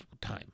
time